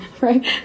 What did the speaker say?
Right